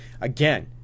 Again